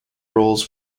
roles